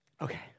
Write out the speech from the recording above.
Okay